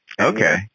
Okay